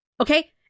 Okay